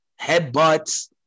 headbutts